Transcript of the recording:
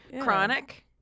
Chronic